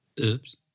Oops